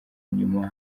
nyuma